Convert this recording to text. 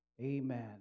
Amen